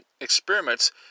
experiments